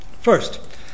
First